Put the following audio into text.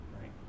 Right